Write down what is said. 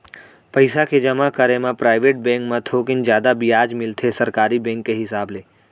पइसा के जमा करे म पराइवेट बेंक म थोकिन जादा बियाज मिलथे सरकारी बेंक के हिसाब ले